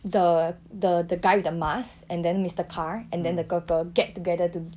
the the the guy with a mask and then mister car and then the 哥哥 get together to